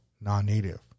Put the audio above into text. non-Native